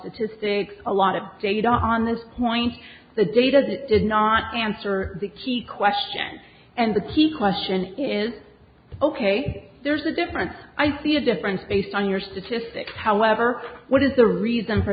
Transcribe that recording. statistics a lot of data on this point the data that did not answer the key question and the key question is ok there's a difference i see a difference based on your statistics however what is the reason for